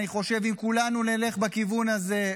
אני חושב שאם כולנו נלך בכיוון הזה,